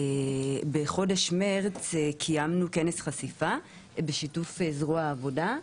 בחודש מרץ קיימנו כנס חשיפה בשיתוף זרוע העבודה,